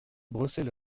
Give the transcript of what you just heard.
brossaient